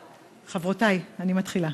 חברותי, אני מתחילה.